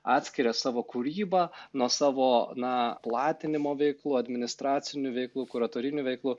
atskiria savo kūrybą nuo savo na platinimo veiklų administracinių veiklų kuratorinių veiklų